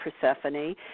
Persephone